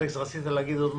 אלכס, רצית להוסיף עוד משהו?